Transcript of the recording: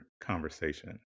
conversation